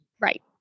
Right